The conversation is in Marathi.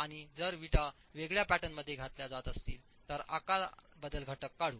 आणि जर विटा वेगळ्या पॅटर्नमध्ये घातल्या जात असतील तर आकार बदल घटक काढू